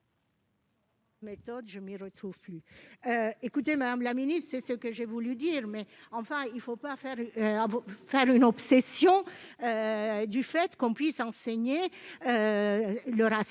: je m'y retrouve plus écoutez, Madame la Ministre, c'est ce que j'ai voulu dire mais enfin il ne faut pas faire à faire une obsession du fait qu'on puisse enseigner le racisme,